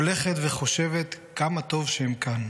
/ הולכת וחושבת, כמה טוב שהם כאן,